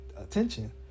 attention